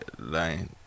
line